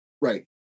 right